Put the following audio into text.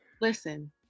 Listen